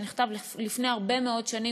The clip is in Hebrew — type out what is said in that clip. שנכתב לפני הרבה מאוד שנים,